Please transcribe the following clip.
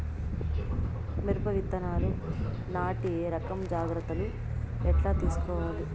మిరప విత్తనాలు నాటి రకం జాగ్రత్తలు ఎట్లా తీసుకోవాలి?